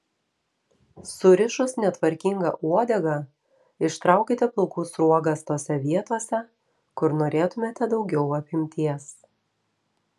surišus netvarkingą uodegą ištraukite plaukų sruogas tose vietose kur norėtumėte daugiau apimties